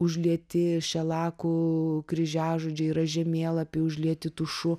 užlieti šelaku kryžiažodžiai yra žemėlapiai užlieti tušu